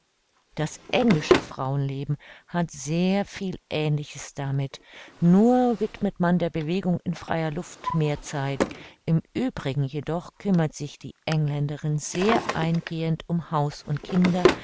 das englische frauenleben hat sehr viel aehnliches damit nur widmet man der bewegung in freier luft mehr zeit im uebrigen jedoch kümmert sich die engländerin sehr eingehend um haus und kinder